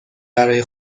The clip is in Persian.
برای